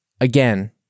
again